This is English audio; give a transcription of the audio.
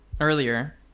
earlier